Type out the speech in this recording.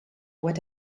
what